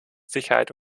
sicherheit